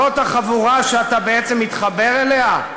זאת החבורה שאתה בעצם מתחבר אליה,